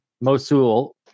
Mosul